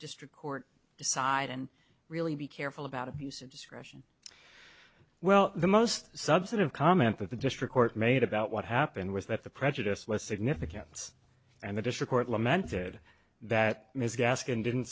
district court decide and really be careful about abuse of discretion well the most substantive comment that the district court made about what happened was that the prejudice was significant and the district court lamented that ms gaskin didn't